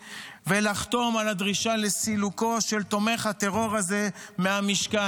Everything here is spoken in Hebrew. ולחתום על הדרישה לסילוקו של תומך הטרור הזה מהמשכן,